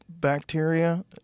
bacteria